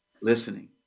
Listening